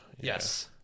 Yes